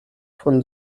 von